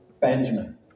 Benjamin